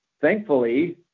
Thankfully